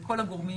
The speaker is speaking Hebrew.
לכל הגורמים